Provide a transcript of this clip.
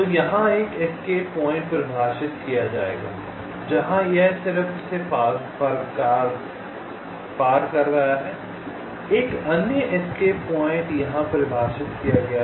तो यहां एक एस्केप प्वाइंट परिभाषित किया जाएगा जहां यह सिर्फ इसे पार कर रहा है एक अन्य एस्केप प्वाइंट यहां परिभाषित किया गया है